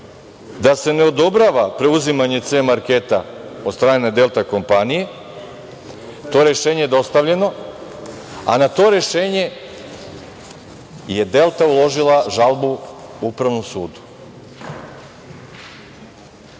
da se ne odobrava preuzimanje „C marketa“ od strane „Delta kompanije“. To rešenje je dostavljeno, a na to rešenje je „Delta“ uložila žalbu Upravnom sudu.